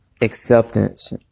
acceptance